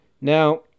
Now